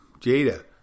Jada